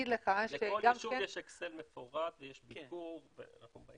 לכל יישוב יש אקסל מפורט ויש ביקור ואנחנו באים.